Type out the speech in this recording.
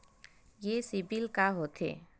ये सीबिल का होथे?